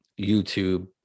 YouTube